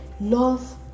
Love